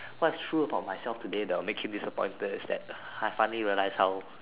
what's true about myself today that will make him disappointed is that I finally realized how